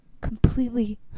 completely